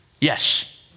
yes